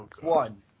one